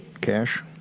cash